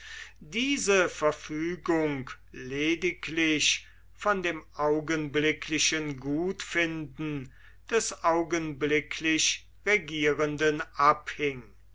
diese verfügung lediglich von dem augenblicklichen gutfinden des augenblicklich regierenden abhing